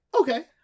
okay